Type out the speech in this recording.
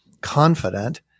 confident